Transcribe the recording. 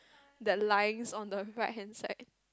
the lines on the right hand side